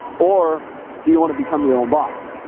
or do you wanna become your own boss?